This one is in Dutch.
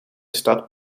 stad